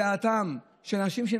ומדעתם של אנשים.